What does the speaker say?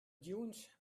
dunes